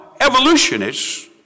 evolutionists